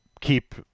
keep